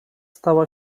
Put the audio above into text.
stała